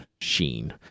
sheen